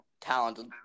talented